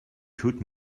could